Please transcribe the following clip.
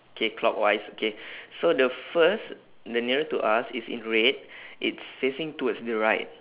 okay clockwise okay so the first the nearer to us it's in red it's facing towards the right